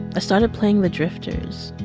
i started playing the drifters,